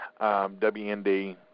WND